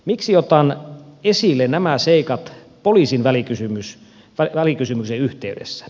miksi otan esille nämä seikat poliisivälikysymyksen yhteydessä